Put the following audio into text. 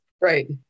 right